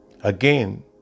Again